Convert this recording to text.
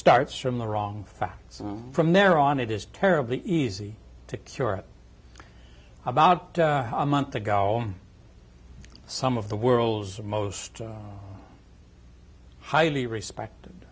starts from the wrong so from there on it is terribly easy to cure about a month ago some of the world's most highly respected